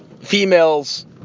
Females